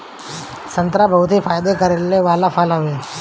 संतरा बहुते फायदा करे वाला फल हवे